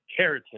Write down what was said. keratin